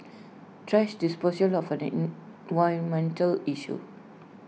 thrash disposal of an environmental issue